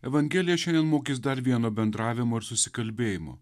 evangelija šiandien mokys dar vieno bendravimo ir susikalbėjimo